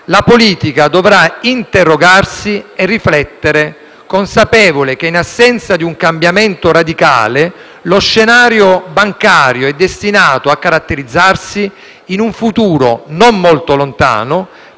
la politica dovrà interrogarsi e riflettere, consapevole che, in assenza di un cambiamento radicale, lo scenario bancario è destinato a caratterizzarsi in un futuro non molto lontano